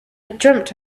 dreamt